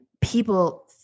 people